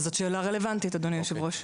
זאת שאלה רלוונטית, אדוני היושב-ראש.